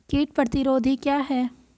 कीट प्रतिरोधी क्या है?